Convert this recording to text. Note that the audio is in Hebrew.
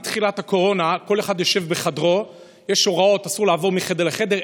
מתחילת הקורונה כל אחד יושב בחדרו ויש הוראות: אסור לעבור מחדר לחדר,